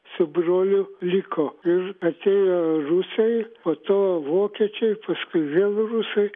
su broliu liko ir atėjo rusai po to vokiečiai paskui vėl rusai